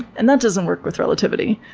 and that doesn't work with relativity.